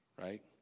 right